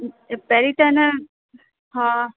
पहिरीं त न हा